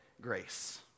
grace